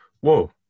whoa